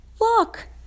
look